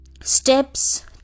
steps